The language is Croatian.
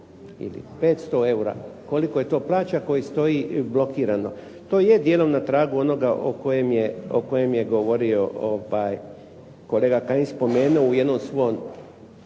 ili 500 eura. Koliko je to plaća koji stoji blokirano. To je dijelom na tragu onoga o kojem je govorio kolega Kajin, spomenuo u jednom svom